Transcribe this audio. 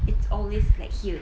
it's always like here